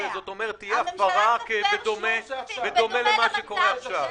זאת אומרת, תהיה הפרה, בדומה למה שקורה עכשיו.